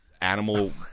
animal